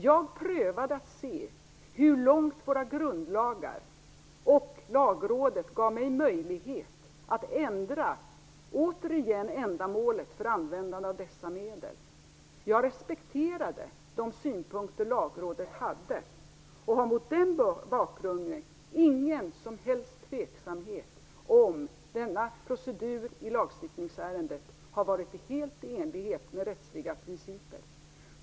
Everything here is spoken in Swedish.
Jag prövade att se hur långt våra grundlagar och Lagrådet gav mig möjlighet att återigen ändra ändamålet för användandet av dessa medel. Jag respekterade de synpunkter Lagrådet hade och har mot den bakgrunden ingen som helst tveksamhet om att proceduren i det här lagstiftningsärendet har varit helt i enlighet med rättsliga principer.